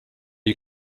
you